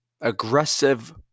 aggressive